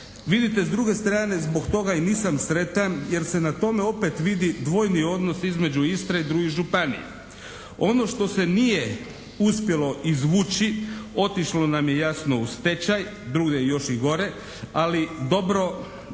Vidite s druge strane zbog toga i nisam sretan jer se na tome vidi dvojni odnos između Istre i drugih županija. Ono što se nije uspjelo izvući otišlo nam je jasno u stečaj, drugdje je još i gore ali dobro